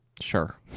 sure